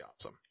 awesome